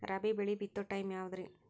ರಾಬಿ ಬೆಳಿ ಬಿತ್ತೋ ಟೈಮ್ ಯಾವದ್ರಿ?